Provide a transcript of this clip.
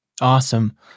awesome